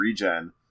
regen